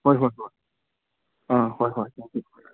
ꯍꯣꯏ ꯍꯣꯏ ꯍꯣꯏ ꯑꯥ ꯍꯣꯏ ꯍꯣꯏ ꯍꯣꯏ